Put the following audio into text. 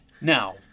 Now